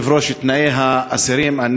אבל זה יכול להיות כל אחד אחר,